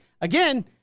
again